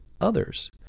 others